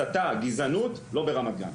הסתה גזענות לא ברמת גן.